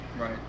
Right